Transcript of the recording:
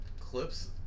Clips